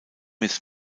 ist